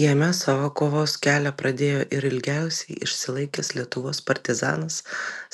jame savo kovos kelią pradėjo ir ilgiausiai išsilaikęs lietuvos partizanas